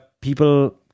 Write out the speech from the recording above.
people